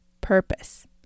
purpose